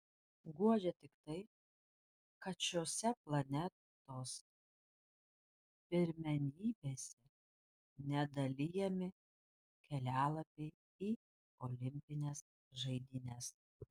guodžia tik tai kad šiose planetos pirmenybėse nedalijami kelialapiai į olimpines žaidynes